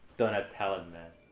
don't have talent, man.